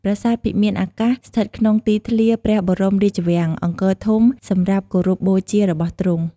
ប្រាសាទភិមានអាកាសស្ថិតក្នុងទីធ្លារព្រះបរមរាជវាំងអង្គរធំសំរាប់គោរពបូជារបស់ទ្រង់ ។